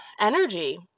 energy